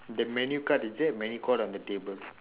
the menu card is that a menu card on the table